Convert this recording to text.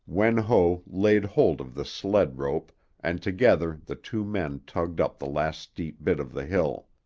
wen ho laid hold of the sled rope and together the two men tugged up the last steep bit of the hill.